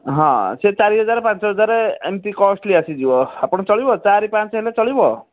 ହଁ ସେଇ ଚାରି ହଜାର ପାଞ୍ଚ ହଜାର ଏମିତି କଷ୍ଟ୍ଲି ଆସିଯିବ ଆପଣ ଚଳିବ ଚାରି ପାଞ୍ଚ ହେଲେ ଚଳିବ